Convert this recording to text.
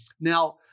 Now